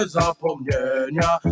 zapomnienia